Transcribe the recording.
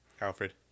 Alfred